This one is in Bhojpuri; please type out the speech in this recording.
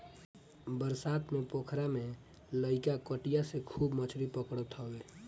बरसात में पोखरा में लईका कटिया से खूब मछरी पकड़त हवे